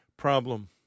problem